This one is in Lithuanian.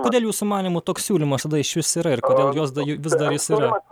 kodėl jūsų manymu toks siūlymas tada išvis yra ir kodėl jos